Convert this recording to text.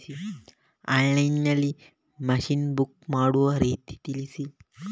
Online ನಲ್ಲಿ machine book ಮಾಡುವ ರೀತಿ ತಿಳಿಸಿ?